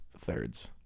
thirds